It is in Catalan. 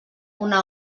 una